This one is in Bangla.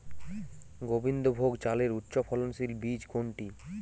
গোবিন্দভোগ চালের উচ্চফলনশীল বীজ কোনটি?